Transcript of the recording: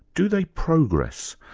do they progress,